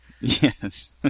Yes